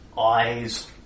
eyes